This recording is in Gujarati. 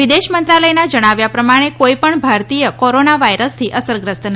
વિદેશ મંત્રાલયના જણાવ્યા પ્રમાણે કોઇ પણ ભારતીય કોરોના વાયરસથી અસરગ્રસ્ત નથી